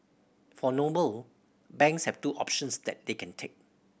for Noble banks have two options that they can take